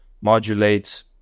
modulates